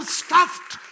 stuffed